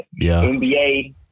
NBA